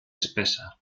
espesa